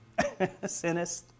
Sinist